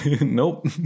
Nope